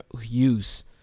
use